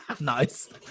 Nice